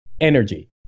energy